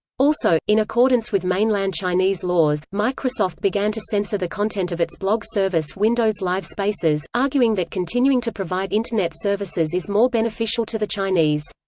also, in accordance with mainland chinese laws, microsoft began to censor the content of its blog service windows live spaces, arguing that continuing to provide internet services is more beneficial to the chinese.